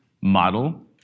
model